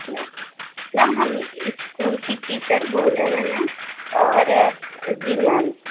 میں میم ہم اسکول کی ٹیچر بول رہے ہیں اور جی میم